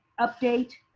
update